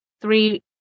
three